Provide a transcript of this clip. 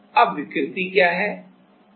अब विकृति क्या है